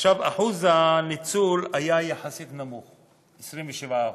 אחוז הניצול היה יחסית נמוך, 27%,